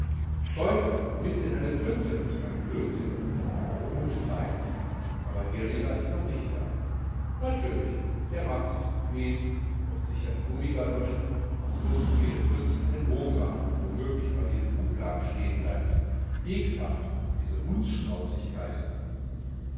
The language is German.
teufel mitten in eine pfütze so ein blödsinn punkt drei aber girlinger ist noch nicht da natürlich der macht sichs bequem und kommt sicher in gummigalloschen und muß um jede pfütze einen bogen machen und womöglich bei jedem buchladen stehen bleiben ekelhaft diese